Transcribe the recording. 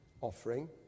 offering